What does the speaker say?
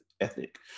ethic